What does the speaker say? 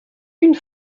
une